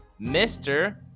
Mr